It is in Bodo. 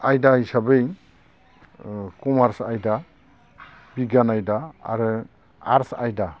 आयदा हिसाबै कमार्स आयदा बिगियान आयदा आरो आर्ट्स आयदा